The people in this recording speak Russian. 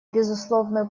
безусловную